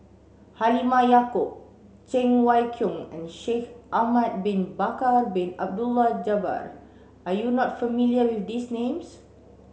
Halimah Yacob Cheng Wai Keung and Shaikh Ahmad Bin Bakar Bin Abdullah Jabbar are you not familiar with these names